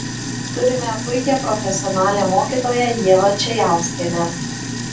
turime puikią profesionalią mokytoją ievą čejauskienę